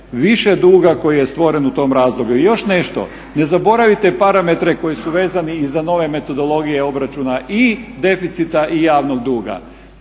više duga koji je stvoren u tom razdoblju. I još nešto, ne zaboravite parametre koji su vezani i za nove metodologije obračuna i deficita i javnog duga.